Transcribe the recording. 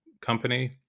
company